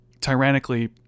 tyrannically